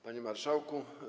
Panie Marszałku!